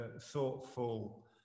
thoughtful